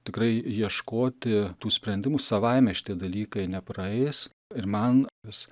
tikrai ieškoti tų sprendimų savaime šitie dalykai nepraeis ir man vis